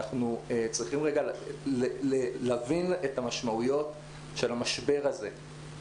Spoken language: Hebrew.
אנחנו צריכים רגע להבין את המשמעויות של המשבר הזה.